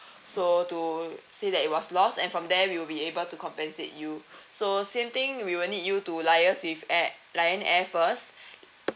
so to say that it was lost and from there we'll be able to compensate you so same thing we will need you to liaise with air lion air first